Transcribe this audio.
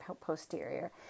posterior